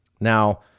Now